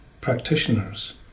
practitioners